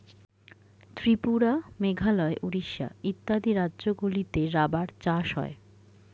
ত্রিপুরা, মেঘালয়, উড়িষ্যা ইত্যাদি রাজ্যগুলিতে রাবার চাষ হয়